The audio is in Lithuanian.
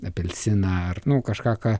apelsiną ar nu kažką ką